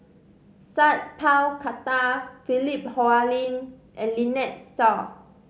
Sat Pal Khattar Philip Hoalim and Lynnette Seah